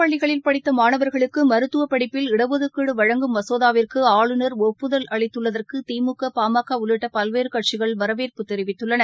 பள்ளிகளில் அரசுப் படித்தமாணவர்களுக்குமருத்துவபடிப்பில் இடிதுக்கீடுவழங்கும் மசோதாவிற்குஆளுமர் ஒப்புதல் அளித்துள்ளதற்குதிமுக பாமக உள்ளிட்டபல்வேறுகட்சிகள் வரவேற்பு தெரிவித்துள்ளன